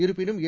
இருப்பினும் ஏ